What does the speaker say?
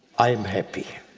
i'm happy.